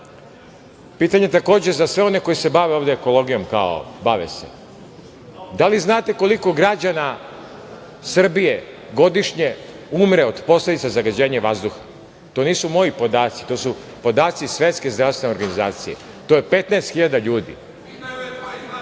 reka? Pitanje takođe za sve one koji se bave ovde ekologijom, kao bave se, da li znate koliko građana Srbije godišnje umre od posledica zagađenja vazduha? To nisu moji podaci. To su podaci Svetske zdravstvene organizacije. To je 15 hiljada